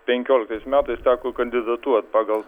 penkioliktais metais teko kandidatuot pagal